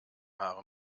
haare